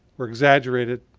were exaggerated,